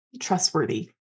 trustworthy